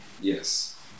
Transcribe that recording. Yes